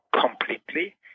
completely